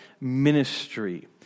ministry